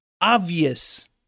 obvious